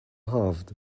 halved